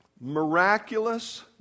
miraculous